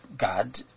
God